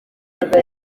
soudan